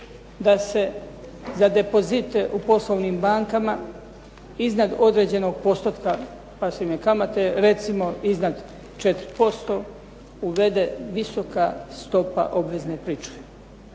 da se za depozite u poslovnim bankama iznad određenog postotka pasivne kamate, recimo iznad 4% uvede visoka stopa obvezne pričuve.